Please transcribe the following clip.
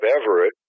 Everett